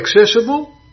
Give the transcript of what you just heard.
accessible